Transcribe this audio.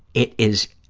it is,